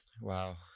wow